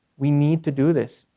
we need to do this.